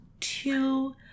two